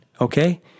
Okay